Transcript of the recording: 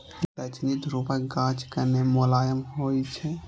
दक्षिणी ध्रुवक गाछ कने मोलायम होइ छै